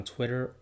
Twitter